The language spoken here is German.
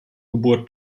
geburt